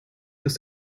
des